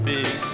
Big